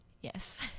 Yes